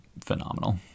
phenomenal